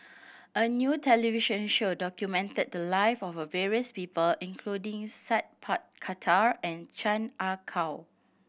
a new television show documented the live of various people including Sat Pal Khattar and Chan Ah Kow